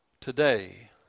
today